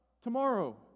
tomorrow